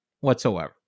whatsoever